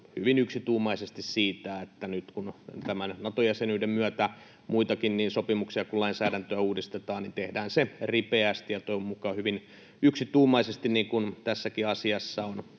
hyvin yksituumaisesti siitä, että nyt kun tämän Nato-jäsenyyden myötä muitakin sopimuksia kuin lainsäädäntöä uudistetaan, niin tehdään se ripeästi ja toivon mukaan hyvin yksituumaisesti, niin kuin tässäkin asiassa on